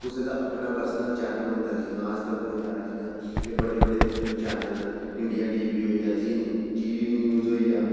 कुसै दा अपना पर्सनल चैनल होंदा ऐ जि'यां आज तक होइया जि'यां एह् बड्डे बड्डे चैनल न इंडिया टी वी होइया ज़ी न्यूज़ होइया